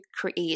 create